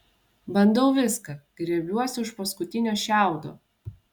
bandau viską grėbiuosi už paskutinio šiaudo